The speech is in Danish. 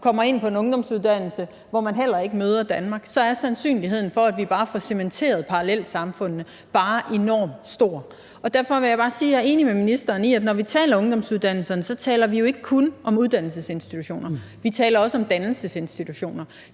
kommer ind på en ungdomsuddannelse, hvor man heller ikke møder Danmark, så er sandsynligheden for, at vi får cementeret parallelsamfundene, bare enormt stor. Derfor vil jeg bare sige, at jeg er enig med ministeren i, at når vi taler ungdomsuddannelser, taler vi ikke kun om uddannelsesinstitutioner, vi taler også om dannelsesinstitutioner